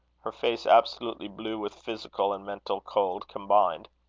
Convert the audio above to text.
her face absolutely blue with physical and mental cold combined.